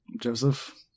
Joseph